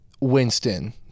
Winston